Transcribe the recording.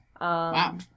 Wow